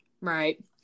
Right